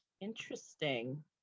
Interesting